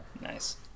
Nice